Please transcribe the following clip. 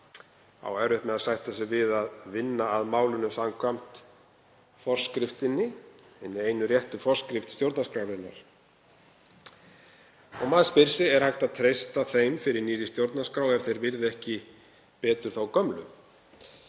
á erfitt með að sætta sig við að vinna að málinu samkvæmt hinni einu réttu forskrift stjórnarskrárinnar. Og maður spyr: Er hægt að treysta þeim fyrir nýrri stjórnarskrá ef þeir virða ekki betur þá gömlu?